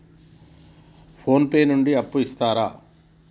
Phone pay నుండి అప్పు ఇత్తరా?